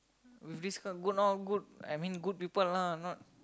with this guy good not good I mean good people lah not